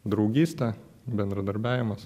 draugystė bendradarbiavimas